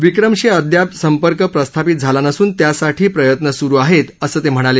विक्रमशी अद्याप संपर्क प्रस्थापित झाला नसून त्यासाठी प्रयत्न सूरु आहेत असं ते म्हणाले